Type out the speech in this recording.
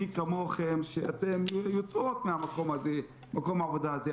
מי כמוכן שאתן יוצאות ממקום העבודה הזה,